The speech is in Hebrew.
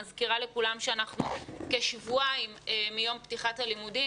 אני מזכירה לכולם שאנחנו כשבועיים מיום פתיחת הלימודים